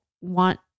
want